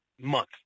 month